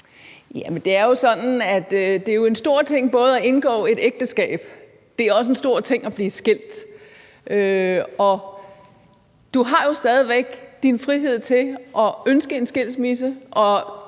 det er en stor ting at indgå et ægteskab. Det er også en stor ting at blive skilt. Og du har jo stadig væk din frihed til at ønske en skilsmisse,